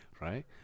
Right